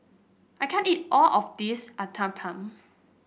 I can't eat all of this Uthapam